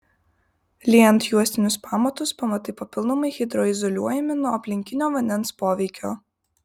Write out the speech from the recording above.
liejant juostinius pamatus pamatai papildomai hidroizoliuojami nuo aplinkinio vandens poveikio